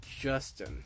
Justin